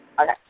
Okay